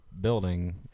building